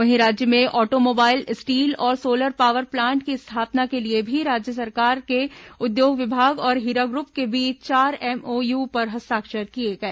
वहीं राज्य में ऑटोमोबाइल स्टील और सोलर पावर प्लांट की स्थापना के लिए भी राज्य सरकार के उद्योग विभाग और हीरा ग्रुप के बीच चार एमओयू पर हस्ताक्षर किए गए